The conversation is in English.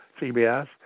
CBS